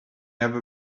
have